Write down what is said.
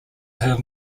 him